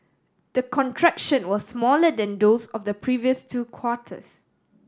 the contraction was smaller than those of the previous two quarters